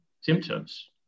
symptoms